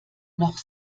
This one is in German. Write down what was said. noch